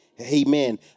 Amen